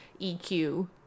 eq